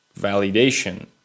validation